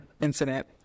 incident